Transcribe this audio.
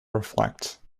reflect